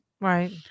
Right